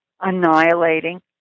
annihilating